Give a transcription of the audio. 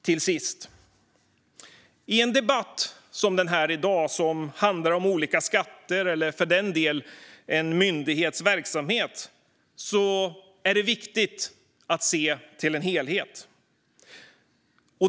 Till sist: I en debatt om skatter och en myndighets verksamhet är det viktigt att se helheten.